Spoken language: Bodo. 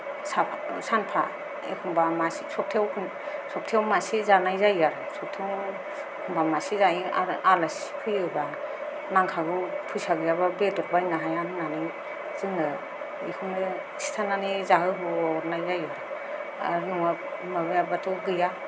साफा ओ सानफा एखम्बा मासे सप्ताहयाव ख सप्ताहयाव मासे जानाय जायो आरो सप्ताहयाव एखम्बा मासे जायो आरो आलासि फैयोबा नांखागौ फैसा गैयाबाबो बेदर बायना होनो हाया होन्नानै जोङो बेखौनो खिथानानै जाहो हरनाय जायो आरो नङाबा माबायाबाथ' गैया